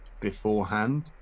beforehand